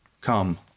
Come